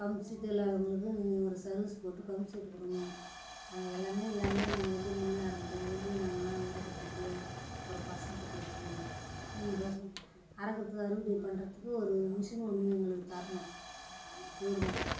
pump set இல்லாதவங்களுக்கு நீங்கள் ஒரு சர்வீஸ் போட்டு பம்ப்செட்டு கொடுக்கணும் நாங்கள் எல்லாருமே எல்லாருமே நாங்கள் எப்படி முன்னேற முடியும் எப்படி நாங்கெளெல்லாம் இருக்கிறது இப்படியே ஒரு பசங்க குட்டி வெச்சுக்கின்னு மூணு பசங்க அறுக்கறதுக்கு அறுவடை பண்ணுறதுக்கு ஒரு மிஷினு ஒன்று எங்களுக்கு தரணும் கவர்மெண்ட்டு